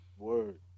Word